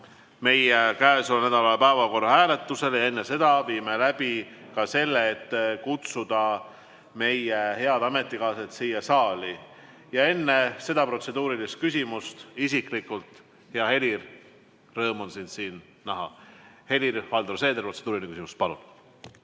panna käesoleva nädala päevakorra hääletusele. Enne seda me viime läbi ka selle, et kutsume meie head ametikaaslased siia saali. Aga enne seda protseduurilist küsimust, isiklikult, hea Helir, rõõm on sind siin näha! Helir-Valdor Seeder, protseduuriline küsimus, palun!